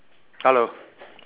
hello